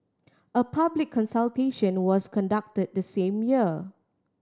a public consultation was conducted the same year